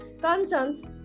concerns